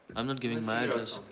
i'm not giving my address.